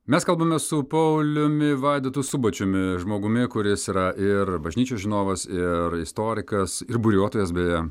mes kalbamės su pauliumi vaidotu subačiumi žmogumi kuris yra ir bažnyčių žinovas ir istorikas ir buriuotojas beje